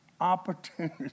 opportunity